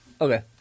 Okay